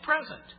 present